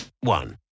one